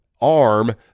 arm